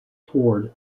toward